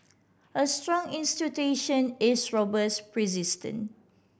a strong institution is robust persistent